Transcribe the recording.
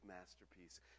masterpiece